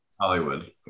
hollywood